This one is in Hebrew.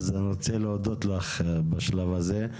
אז אני רוצה להודות לך בשלב הזה.